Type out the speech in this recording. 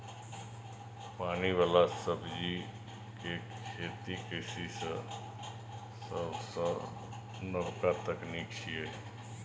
पानि बला सब्जी के खेती कृषि मे सबसं नबका तकनीक छियै